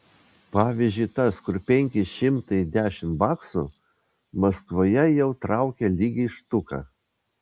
pavyzdžiui tas kur penki šimtai dešimt baksų maskvoje jau traukia lygiai štuką